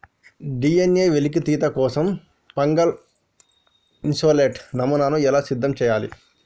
DNA వెలికితీత కోసం fungal isolate నమూనాను ఎలా సిద్ధం చెయ్యాలి?